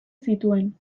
zituen